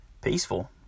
peaceful